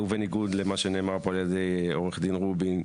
ובניגוד למה שנאמר פה על ידי עו"ד רובין,